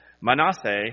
Manasseh